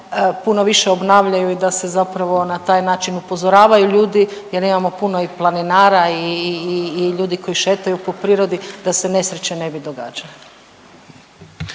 puno više obnavljaju i da se zapravo na taj način upozoravaju ljudi jer imamo puno i planinara i ljudi koji šetaju po prirodi da se nesreće ne bi događale?